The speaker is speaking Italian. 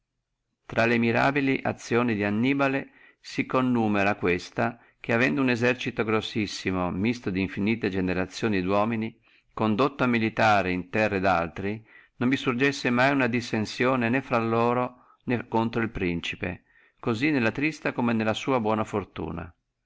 intra le mirabili azioni di annibale si connumera questa che avendo uno esercito grossissimo misto di infinite generazioni di uomini condotto a militare in terre aliene non vi surgessi mai alcuna dissensione né infra loro né contro al principe cosí nella cattiva come nella sua buona fortuna